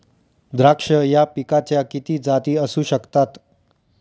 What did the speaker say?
द्राक्ष या पिकाच्या किती जाती असू शकतात?